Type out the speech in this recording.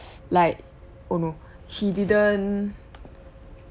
like oh no he didn't